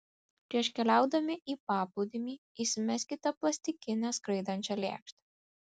prieš keliaudami į paplūdimį įsimeskite plastikinę skraidančią lėkštę